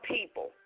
people